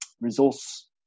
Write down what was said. resource